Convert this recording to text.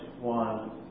one